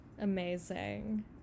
amazing